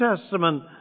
Testament